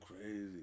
crazy